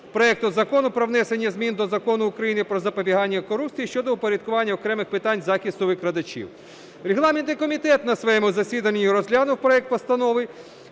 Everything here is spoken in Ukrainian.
проекту Закону про внесення змін до Закону України "Про запобігання корупції" щодо упорядкування окремих питань захисту викривачів. Регламентний комітет на своєму засіданні розглянув проект Постанови